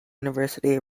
university